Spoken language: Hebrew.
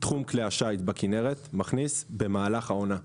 תחום כלי השיט בכנרת מכניס במהלך העונה,